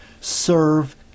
serve